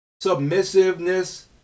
submissiveness